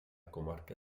comarca